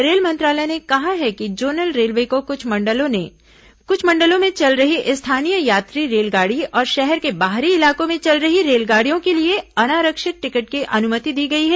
rail मंत्रालय ने कहा है कि जोनल रेलवे को कुछ मंडलों में चल रही स्थानीय यात्री रेलगाड़ी और शहर के बाहरी इलाकों में चल रही रेलगाड़ियों के लिए अनारक्षित टिकट की अनुमति दी गई है